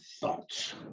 thoughts